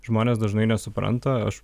žmonės dažnai nesupranta aš